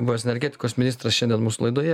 buvęs energetikos ministras šiandien mūsų laidoje